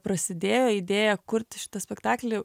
prasidėjo idėja kurti šitą spektaklį